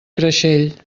creixell